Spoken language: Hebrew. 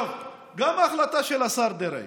גם ההחלטה של השר דרעי